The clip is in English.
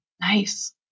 Nice